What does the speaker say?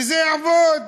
וזה יעבוד.